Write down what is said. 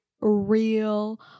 real